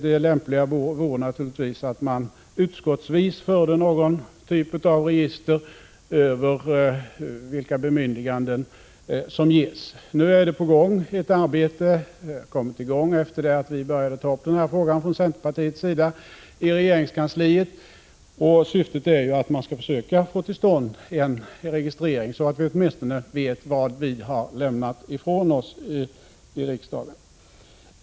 Det lämpliga vore naturligtvis att man utskottsvis förde denna typ av register över vilka bemyndiganden som görs. Nu har ett arbete kommit i gång i regeringskansliet, efter det att vi började ta upp den här frågan från centerns sida. Syftet är att man skall försöka få till stånd en registrering, så att vi åtminstone vet vad vi har lämnat ifrån oss i riksdagen.